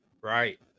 right